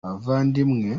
bavandimwe